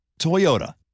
Toyota